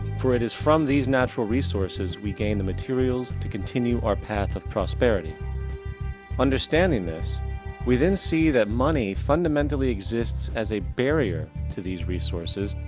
for, it is from these natural resources, we gain the materials to continue our path of prosperity understanding this we then see, that money fundamentally exists as a barrier to these resources,